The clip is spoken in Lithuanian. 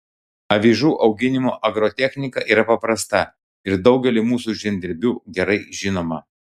avižų auginimo agrotechnika yra paprasta ir daugeliui mūsų žemdirbių gerai žinoma